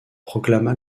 proclama